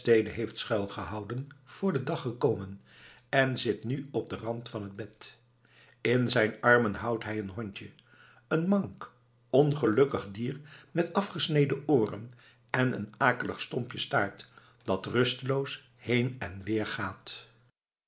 heeft schuilgehouden voor den dag gekomen en zit nu op den rand van het bed in zijn armen houdt hij een hondje een mank ongelukkig dier met afgesneden ooren en een akelig stompje staart dat rusteloos heen en weer gaat